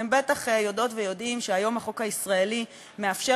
אתם בטח יודעות ויודעים שהיום החוק הישראלי מאפשר